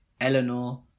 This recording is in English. Eleanor